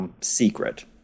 secret